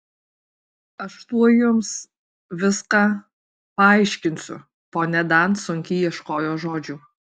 aš tuoj jums viską paaiškinsiu ponia dan sunkiai ieškojo žodžių